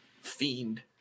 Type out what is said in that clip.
fiend